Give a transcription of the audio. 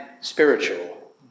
spiritual